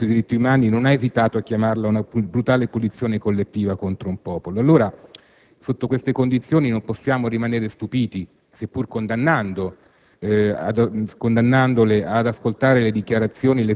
Ieri John Dugard, relatore speciale dell'ONU sui diritti umani, non ha esitato a chiamarla una brutale punizione collettiva contro un popolo. Allora, a queste condizioni, non possiamo rimanere stupiti, pur condannandole,